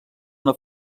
una